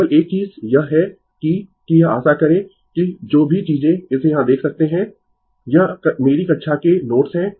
केवल एक चीज यह है कि कि यह आशा करें कि जो भी चीजें इसे यहां देख सकते है यह मेरी कक्षा के नोट्स है